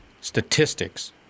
statistics